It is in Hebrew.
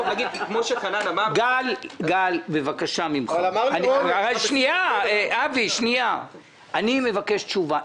גל לנדו, בבקשה, אני מבקש תשובה.